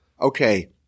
okay